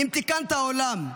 אם תיקנת עולם,